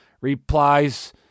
replies